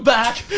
back!